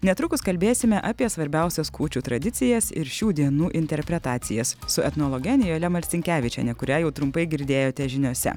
netrukus kalbėsime apie svarbiausias kūčių tradicijas ir šių dienų interpretacijas su etnologe nijole marcinkevičiene kurią jau trumpai girdėjote žiniose